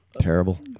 Terrible